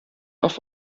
auf